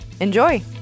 Enjoy